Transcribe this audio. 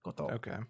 Okay